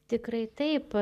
tikrai taip